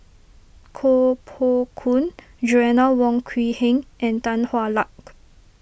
Koh Poh Koon Joanna Wong Quee Heng and Tan Hwa Luck